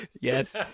Yes